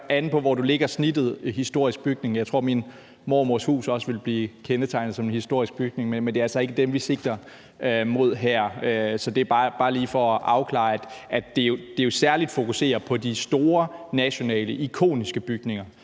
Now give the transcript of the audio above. an på, hvor man lægger snittet i forhold til historisk bygning. Jeg tror, at min mormors hus også ville blive kendetegnet som en historisk bygning, men det er altså ikke den slags, vi sigter mod her. Det er bare lige for at afklare, at forslaget jo særligt fokuserer på de store nationale, ikoniske bygninger